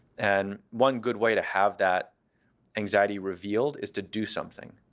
and one good way to have that anxiety revealed is to do something.